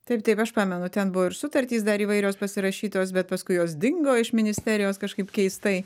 taip taip aš pamenu ten buvo ir sutartys dar įvairios pasirašytos bet paskui jos dingo iš ministerijos kažkaip keistai